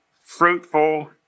fruitful